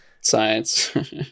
science